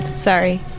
Sorry